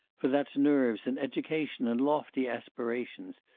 for that's nerves and education and lofty aspirations,